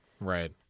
Right